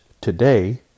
today